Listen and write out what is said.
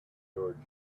toward